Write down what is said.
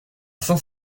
saint